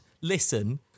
listen